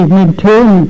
maintain